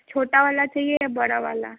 छोटा वाला चहिए या बड़ा वाला